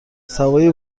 سوای